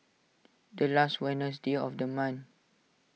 the last Wednesday of the month